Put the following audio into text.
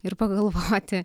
ir pagalvoti